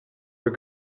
were